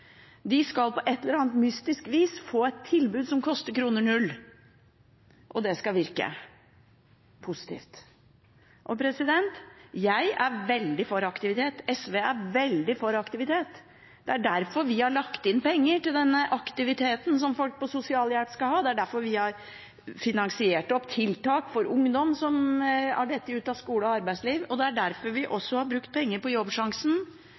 vis skal få et tilbud som koster kr 0, og det skal virke positivt. Jeg er veldig for aktivitet. SV er veldig for aktivitet. Det er derfor vi har lagt inn penger til den aktiviteten som folk på sosialhjelp skal ha. Det er derfor vi har finansiert tiltak for ungdom som har falt ut av skole og arbeidsliv, og det er derfor vi også har brukt penger på Jobbsjansen